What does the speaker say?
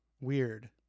weird